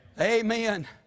Amen